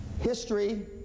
history